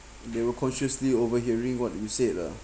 they were consciously overhearing what we said lah